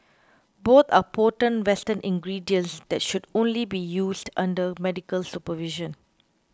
both are potent western ingredients that should only be used under medical supervision